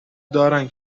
دارن